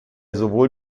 sowohl